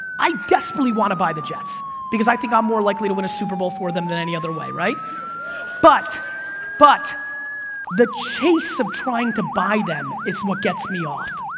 i desperately want to buy the jets because i think i'm more likely to win a superbowl for them than any other way, but but the chase of trying to buy them is what gets me off,